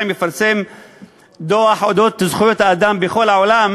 מפרסם דוח על זכויות האדם בכל העולם,